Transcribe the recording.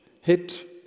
hit